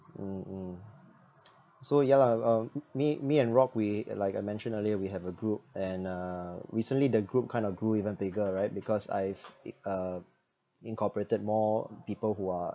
mm mm so yeah lah uh me me and rock we uh like I mentioned earlier we have a group and uh recently the group kind of grew even bigger right because I've uh incorporated more people who are